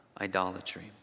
idolatry